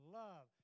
love